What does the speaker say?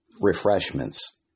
refreshments